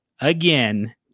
again